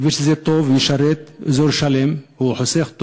הכביש הזה טוב וישרת אזור שלם, והוא חוסך.